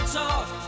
talk